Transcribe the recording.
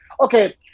Okay